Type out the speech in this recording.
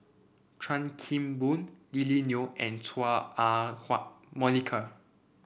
Chan Kim Boon Lily Neo and Chua Ah Huwa Monica